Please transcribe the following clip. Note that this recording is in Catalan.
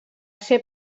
ser